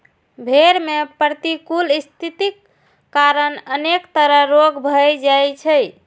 भेड़ मे प्रतिकूल स्थितिक कारण अनेक तरह रोग भए जाइ छै